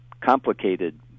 complicated